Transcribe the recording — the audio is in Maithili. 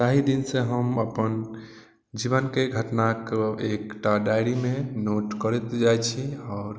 ताही दिनसँ हम अपन जीवनके घटनाके एकटा डायरीमे नोट करैत जाइ छी आओर